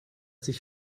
sich